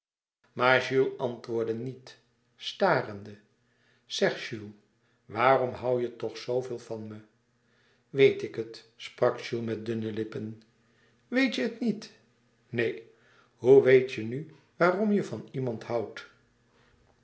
antwoordde niet starende zeg jules waarom hoû je toch zooveel van me weet ik het sprak jules met dunne lippen weet je het niet neen hoe weet je nu waarom je van iemand houdt